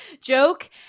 Joke